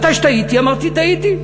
כשטעיתי, אמרתי שטעיתי,